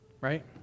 right